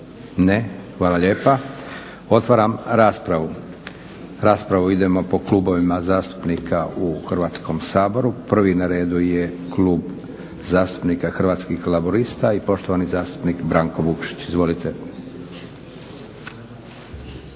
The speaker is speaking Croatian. Ne. Hvala lijepa. Otvaram raspravu. Raspravu idemo po klubovima zastupnika u Hrvatskom saboru. prvi na redu je Klub zastupnika Hrvatskih laburista i poštovani zastupnik Branko Vukšić. Izvolite.